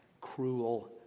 cruel